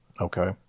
Okay